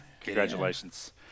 Congratulations